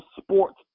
sports